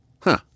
Huh